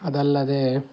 ಅದಲ್ಲದೆ